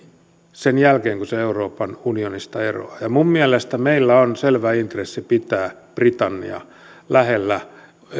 sen jälkeen kun se euroopan unionista eroaa ja ja minun mielestäni meillä on selvä intressi pitää britannia lähellä